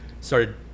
started